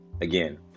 Again